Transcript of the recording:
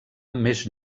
més